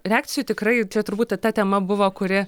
reakcijų tikrai čia turbūt ta tema buvo kuri